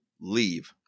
leave